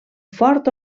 fort